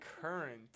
current